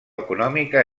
econòmica